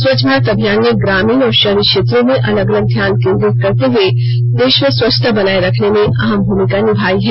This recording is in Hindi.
स्वच्छ भारत अभियान ने ग्रामीण और शहरी क्षेत्रों में अलग अलग ध्यान केंद्रित करते हुए देश में स्वच्छता बनाए रखने में अहम भूमिका निभाई है